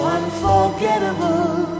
unforgettable